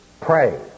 Pray